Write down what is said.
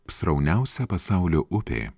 srauniausia pasaulio upė